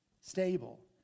stable